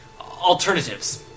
alternatives